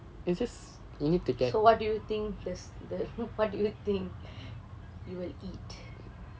so what do you think the the what do you think you will eat